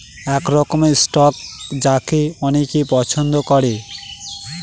এক রকমের স্টক যাকে অনেকে পছন্দ করে